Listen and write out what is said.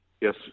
Yes